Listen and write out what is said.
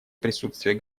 присутствие